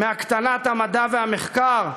מהקטנת המדע והמחקר?